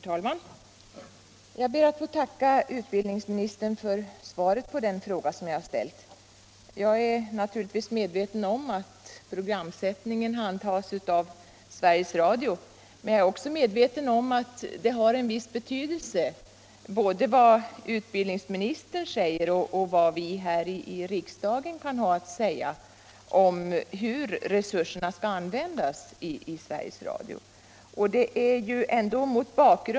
Herr talman! Jag ber att få tacka utbildningsministern för svaret på den fråga som jag har ställt. Jag är naturligtvis medveten om att programsättningen handhas av Sveriges Radio, men jag är också medveten om att det har en viss betydelse vad utbildningsministern säger och vad vi här. i riksdagen kan ha ait säga om hur resurserna skall användas i Sveriges Radio.